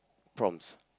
prompts